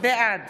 בעד